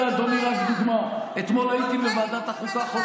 למה שיגידו מה היה?